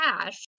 cash